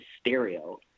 stereo